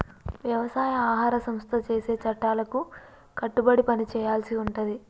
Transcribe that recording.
వ్యవసాయ ఆహార సంస్థ చేసే చట్టాలకు కట్టుబడి పని చేయాల్సి ఉంటది